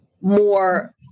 more